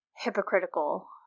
hypocritical